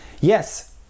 yes